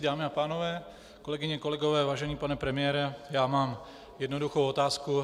Dámy a pánové, kolegyně, kolegové, vážený pane premiére, mám jednoduchou otázku.